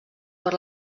per